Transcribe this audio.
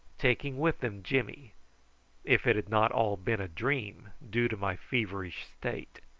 taking with them jimmy if it had not all been a dream due to my feverish state.